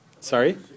Sorry